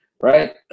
Right